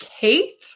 kate